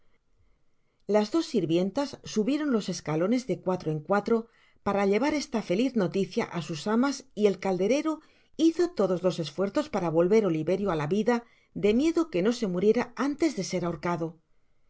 las dos sirvientas subieron los escalones de cuatro en cuatro para llevar esta feliz noticia á sus amas y el calderero hizo todos los esfuerzos para volver oliverio á la vida de miedo que no se muriera antes de ser ahorcado